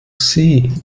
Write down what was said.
sie